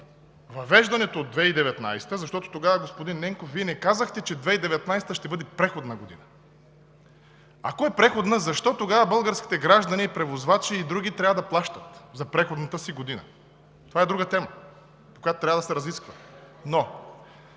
въвеждането от 2019 г., защото тогава, господин Ненков, Вие не казахте, че 2019 г. ще бъде преходна година. Ако е преходна, защо тогава българските граждани, превозвачи и други трябва да плащат за преходната си година? Това е друга тема, която трябва да се разисква.